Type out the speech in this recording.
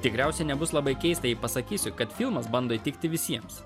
tikriausiai nebus labai keista jei pasakysiu kad filmas bando įtikti visiems